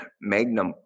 Magnum